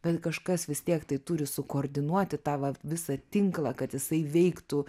bet kažkas vis tiek tai turi sukoordinuoti tą va visą tinklą kad jisai veiktų